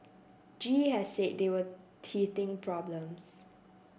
G E has said they were teething problems